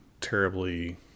terribly